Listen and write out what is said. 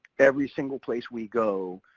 every single place we go,